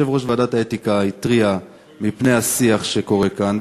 יושב-ראש ועדת האתיקה התריע מפני השיח שקורה כאן,